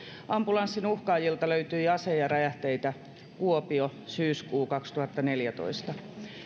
ambulanssin uhkaajilta löytyi ase ja räjähteitä kuopio syyskuussa kaksituhattaneljätoista